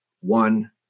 One